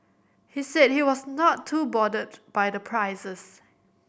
he said he was not too bothered by the prices